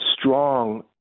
strong